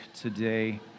today